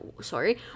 sorry